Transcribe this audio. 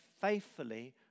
faithfully